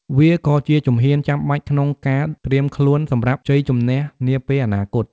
វាក៍ជាជំហានចាំបាច់ក្នុងការត្រៀមខ្លួនសម្រាប់ជ័យជម្នះនាពេលអនាគត។